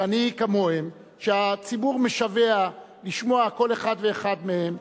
ואני כמוהם, שהציבור משווע לשמוע כל אחד ואחד מהם.